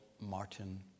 Martin